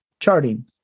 charting